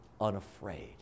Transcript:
unafraid